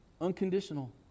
Unconditional